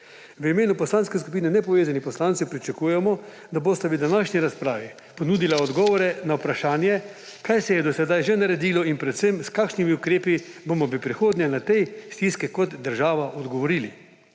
V imenu Poslanske skupine nepovezanih poslancev pričakujemo, da bosta v današnji razpravi ponudila odgovore na vprašanje, kaj se je do sedaj že naredilo in predvsem s kakšnimi ukrepi bomo v prihodnje na tej stiski kot država odgovorili.